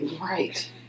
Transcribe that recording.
right